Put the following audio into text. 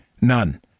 None